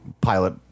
pilot